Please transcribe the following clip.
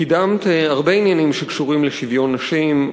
קידמת הרבה עניינים שקשורים לשוויון נשים,